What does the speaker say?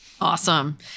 Awesome